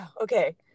Okay